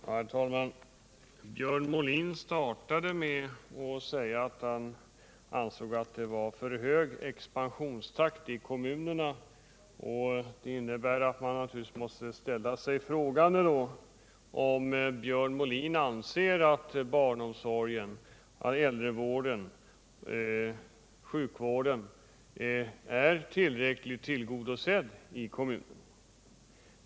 Herr talman! Björn Molin inledde med att säga att han ansåg att kommunerna har en alltför hög expansionstakt. Man måste då ställa sig frågan om Björn Molin anser att barnomsorgen, äldrevården och sjukvården är tillräckligt tillgodosedda i kommunerna.